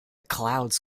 clouds